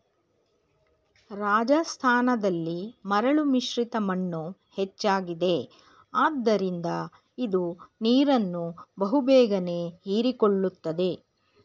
ರಾಜಸ್ಥಾನದಲ್ಲಿ ಮರಳು ಮಿಶ್ರಿತ ಮಣ್ಣು ಹೆಚ್ಚಾಗಿದೆ ಆದ್ದರಿಂದ ಇದು ನೀರನ್ನು ಬಹು ಬೇಗನೆ ಹೀರಿಕೊಳ್ಳುತ್ತದೆ